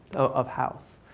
of house.